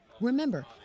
Remember